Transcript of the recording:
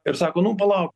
ir sako nu palauk